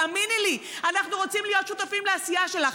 תאמיני לי, אנחנו רוצים להיות שותפים לעשייה שלך.